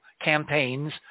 campaigns